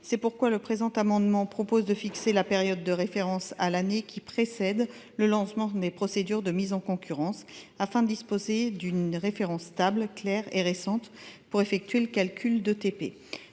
C’est pourquoi cet amendement tend à fixer comme période de référence l’année qui précède le lancement des procédures de mise en concurrence, afin de disposer d’une référence stable, claire et récente pour effectuer le calcul d’ETP.